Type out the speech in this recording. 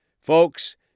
Folks